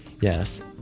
Yes